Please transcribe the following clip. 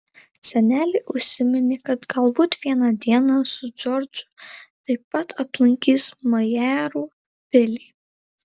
senelė užsiminė kad galbūt vieną dieną su džordžu taip pat aplankys majarų pilį